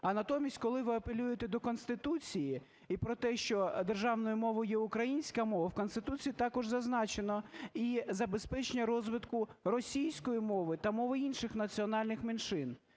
А натомість, коли ви апелюєте до Конституції і про те, що державною мовою є українська мова. В Конституції також зазначено і забезпечення розвитку російської мови та мови інших національних меншин.